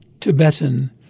Tibetan